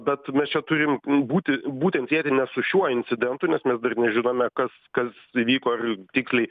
bet mes čia turim būti būtent sieti ne su šiuo incidentu nes mes dar nežinome kas kas įvyko ir tiksliai